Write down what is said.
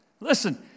Listen